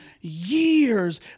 years